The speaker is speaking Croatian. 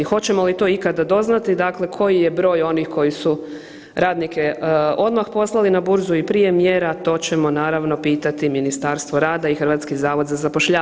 Hoćemo li to ikada doznati, dakle koji je broj onih koji su radnike odmah poslali na burzu i prije mjera, to ćemo naravno pitati Ministarstvo rada i HZZ.